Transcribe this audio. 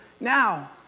now